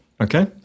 Okay